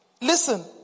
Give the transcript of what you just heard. Listen